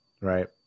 right